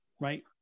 Right